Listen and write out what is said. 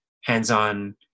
hands-on